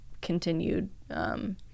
continued